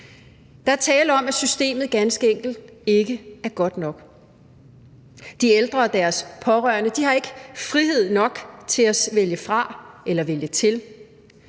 enkelt tale om, at systemet ikke er godt nok. De ældre og deres pårørende har ikke frihed nok til at vælge fra eller vælge